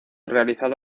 realizado